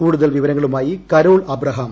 കൂടുതൽ വിവരങ്ങളുമായി Carol Abraham